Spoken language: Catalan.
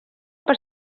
per